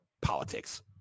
politics